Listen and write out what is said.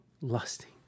lusting